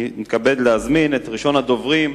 אני מתכבד להזמין את ראשון הדוברים,